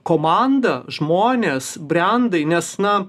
komanda žmonės brendai nes na